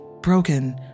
broken